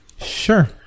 Sure